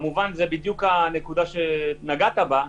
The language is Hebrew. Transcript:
זאת בדיוק הנקודה שנגעת בה,